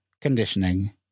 Conditioning